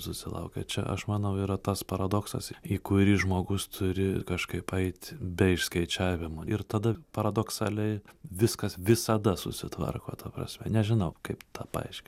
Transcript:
susilaukę čia aš manau yra tas paradoksas į kurį žmogus turi kažkaip eit be išskaičiavimo ir tada paradoksaliai viskas visada susitvarko ta prasme nežinau kaip tą paaiškint